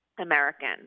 american